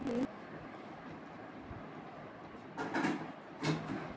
फसल तैयारी आ मनुक्ख द्वारा उपभोगक बीच अन्न नुकसान कें पोस्ट हार्वेस्ट लॉस कहल जाइ छै